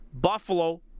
Buffalo